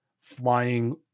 flying